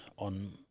on